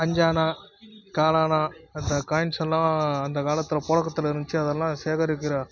அஞ்சு அணா கால் அணா அந்த காயின்ஸெல்லாம் அந்த காலத்தில் புழக்கத்துல இருந்துச்சு அதல்லாம் சேகரிக்கிற